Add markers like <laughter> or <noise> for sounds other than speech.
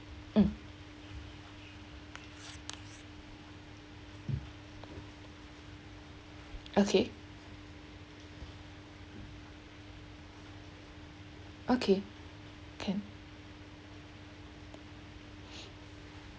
mm okay okay can <breath>